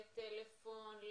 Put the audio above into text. לטלפון,